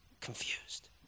confused